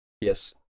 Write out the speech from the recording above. Yes